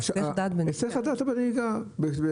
בחלק מהמחוזות המספר מגיע ל-3,700,